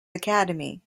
academy